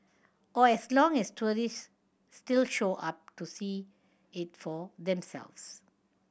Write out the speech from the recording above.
or as long as tourists still show up to see it for themselves